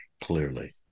Clearly